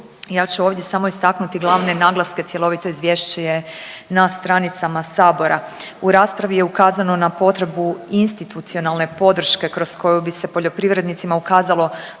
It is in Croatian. Ja ću ovdje samo istaknuti glavne naznake, cjelovito izvješće je na stranicama sabora. U raspravi je ukazano na potrebu institucionalne podrške kroz koju bi se poljoprivrednicima ukazalo